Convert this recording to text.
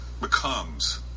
becomes